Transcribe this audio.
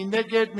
מי נגד?